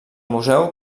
museu